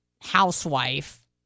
housewife